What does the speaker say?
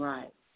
Right